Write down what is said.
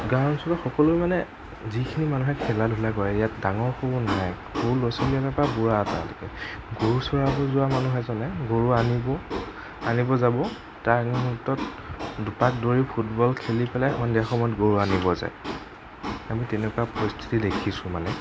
গাওঁ অঞ্চলত সকলোৱে মানে যিখিনি মানুহে খেলা ধূলা কৰে ইয়াত ডাঙৰ কোনো নাই সৰু ল'ৰা ছোৱালীৰ পৰা বুঢ়া এটালৈকে গৰু চৰাবলৈ যোৱা মানুহ এজনে গৰু আনিব আনিব যাব তাৰ আগ মুহূৰ্তত দুপাক দৌৰি ফুটবল খেলি পেলাই সন্ধিয়া সময়ত গৰু আনিব যায় আমি তেনেকুৱা পৰিস্থিতি দেখিছোঁ মানে